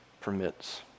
permits